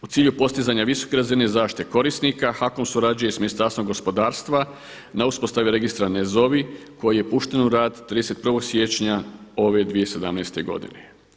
U cilju postizanja visoke razine zaštite korisnika HAKOM surađuje sa Ministarstvom gospodarstva na uspostavi Registra „NE ZOVI“ koji je pušten u rad 31. siječnja ove 2017. godine.